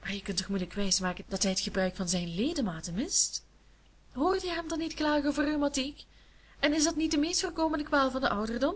maar je kunt je toch moeilijk wijsmaken dat hij t gebruik van zijn ledematen mist hoorde je hem dan niet klagen over rheumatiek en is dat niet de meest voorkomende kwaal van den ouderdom